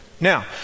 Now